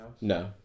No